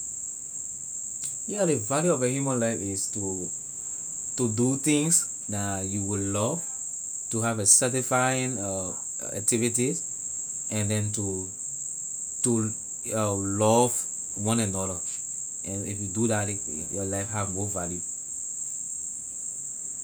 Yea ley value of ley human life is to to do things that you will love to have a satisfying activity and then to to lo- love one another snd if you do that ley your life have more value.